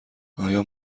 آیا